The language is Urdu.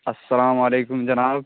السلام علیکم جناب